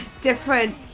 different